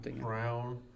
Brown